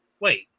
Wait